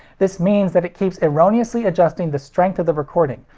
this means that it keeps erroneously adjusting the strength of the recording,